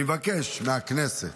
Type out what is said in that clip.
אני מבקש מהכנסת